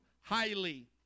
highly